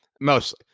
Mostly